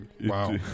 wow